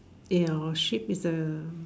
ya sheep is A